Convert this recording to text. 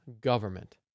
government